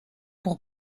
pour